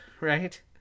right